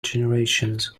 generations